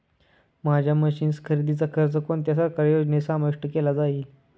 माझ्या मशीन्स खरेदीचा खर्च कोणत्या सरकारी योजनेत समाविष्ट केला जाईल?